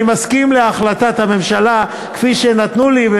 אני מסכים להחלטת הממשלה כפי שנתנו לי,